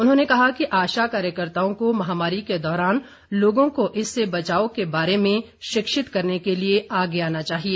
उन्होंने कहा कि आशा कार्यकर्ताओं को महामारी के दौरान लोगों को इससे बचाव के बारे में शिक्षित करने के लिए आगे आना चाहिए